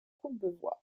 courbevoie